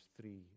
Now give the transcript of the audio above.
three